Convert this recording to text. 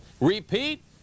Repeat